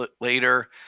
later